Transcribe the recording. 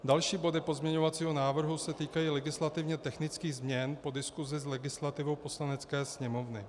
Další body pozměňovacího návrhu se týkají legislativně technických změn po diskusi s legislativou Poslanecké sněmovny.